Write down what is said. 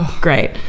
Great